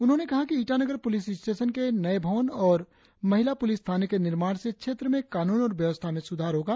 उन्होंने कहा कि ईटानगर पुलिस स्टेशन के नए भवन और महिला पुलिस थाने के निर्माण से क्षेत्र में कानून और व्यवस्था में सुधार होगा